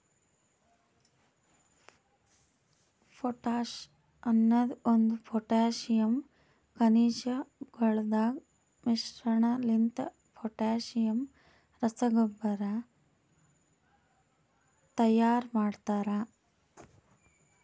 potash ಅನದ್ ಒಂದು potassium ಖನಿಜಗೊಳದಾಗ್ ಮಿಶ್ರಣಲಿಂತ ಪೊಟ್ಯಾಸಿಯಮ್ ರಸಗೊಬ್ಬರ ತೈಯಾರ್ ಮಾಡ್ತರ